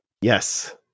Yes